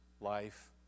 life